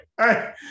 Hey